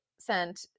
Sent